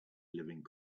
living